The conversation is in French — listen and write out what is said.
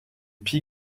pie